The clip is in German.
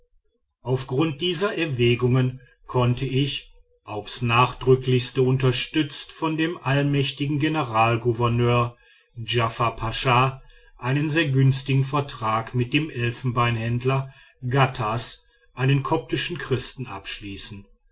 auf grund dieser erwägungen konnte ich aufs nachdrücklichste unterstützt von dem allmächtigen generalgouverneur djafer pascha einen sehr günstigen vertrag mit dem elfenbeinhändler ghattas einem koptischen christen abschließen